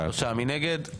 מי נגד?